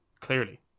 clearly